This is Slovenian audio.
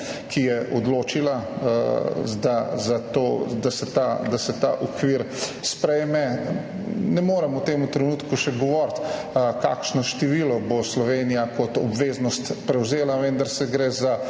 ki je odločila, da se ta okvir sprejme. Ne morem v tem trenutku še govoriti, kakšno število bo Slovenija kot obveznost prevzela, vendar gre za